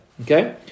Okay